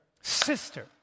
sister